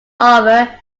offer